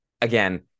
again